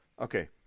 okay